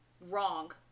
wrong